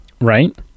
Right